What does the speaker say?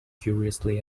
curiously